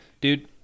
Dude